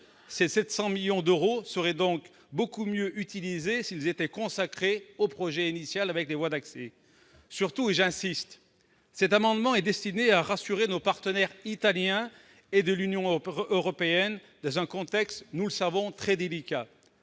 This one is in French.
Ces 700 millions d'euros seraient donc bien mieux utilisés s'ils étaient consacrés au projet initial des voies d'accès. Surtout, et j'y insiste, cet amendement a pour objet de rassurer nos partenaires italiens et de l'Union européenne dans un contexte très délicat.